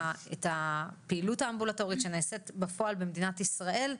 הפעילות האמבולטורית שנעשית בפועל במדינת ישראל,